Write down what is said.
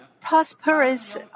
prosperous